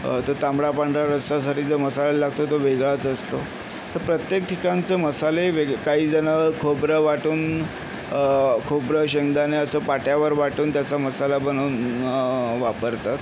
तर तांबडा पांढरा रस्सासाठी जो मसाला लागतो तो वेगळाच असतो तर प्रत्येक ठिकाणचे मसाले वेग काहीजणं खोबरं वाटून खोबरं शेंगदाणे असे पाट्यावर वाटून त्याचा मसाला बनवून वापरतात